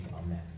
amen